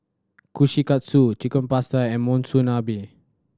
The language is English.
Kushikatsu Chicken Pasta and Monsunabe